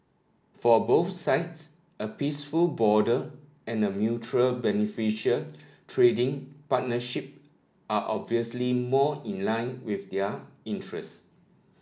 for both sides a peaceful border and a mutually beneficial trading partnership are obviously more in line with their interest